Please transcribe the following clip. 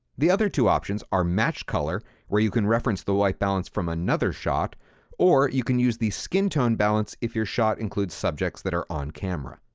the other two options are match color, where you can reference the white balance from another shot or you can use the skin tone balance if your shot includes subjects that are on camera.